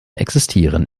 existieren